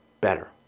better